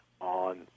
on